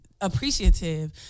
appreciative